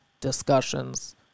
discussions